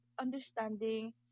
understanding